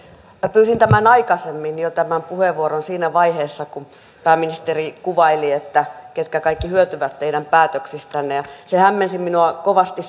pyysin tämän puheenvuoron jo aikaisemmin siinä vaiheessa kun pääministeri kuvaili ketkä kaikki hyötyvät teidän päätöksistänne ja se hämmensi minua kovasti